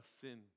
sin